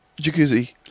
Jacuzzi